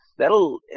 That'll